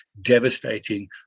devastating